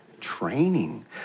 Training